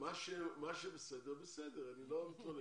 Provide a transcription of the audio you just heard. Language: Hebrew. מה שבסדר בסדר, אני לא מתלונן.